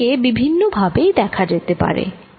এটি কে বিভিন্ন ভাবেই দেখা যেতে পারে